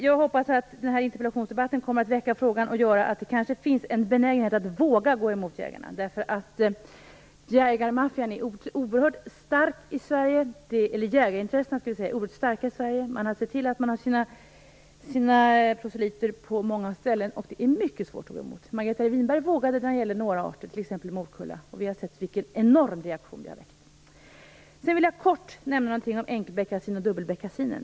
Jag hoppas att den här interpellationsdebatten skall väcka en benägenhet att våga gå emot jägarna. Jägarintressena är oerhört starka i Sverige. Man har sett till att man har sina proselyter på många ställen, och det är mycket svårt att gå emot dem. Margareta Winberg vågade när det gällde några arter, t.ex. morkulla, och vi har sett vilken enorm reaktion det har väckt. Sedan vill jag kort nämna något om enkelbeckasin och dubbelbeckasin.